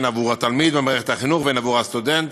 הן בעבור התלמיד במערכת החינוך והן בעבור הסטודנט